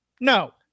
No